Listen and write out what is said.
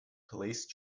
police